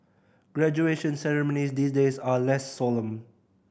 graduation ceremonies these days are less solemn